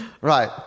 right